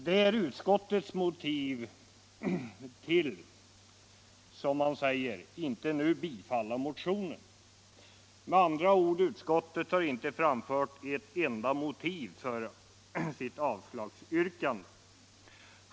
Detta är alltså utskottets motiv för att inte tillstyrka motionen. Utskottet har med andra ord inte anfört ett enda motiv för sitt avslagsyrkande.